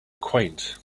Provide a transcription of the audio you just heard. quaint